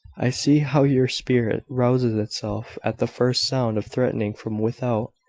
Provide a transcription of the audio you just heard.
i see how your spirit rouses itself at the first sound of threatening from without.